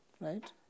Right